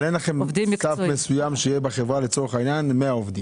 אבל אין לכם סף מסוים שיהיה בחברה לצורך העניין 100 עובדים?